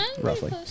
roughly